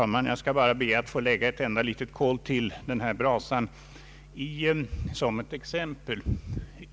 Herr talman! Jag vill endast lägga ett enda litet kol på denna brasa genom att anföra ett exempel.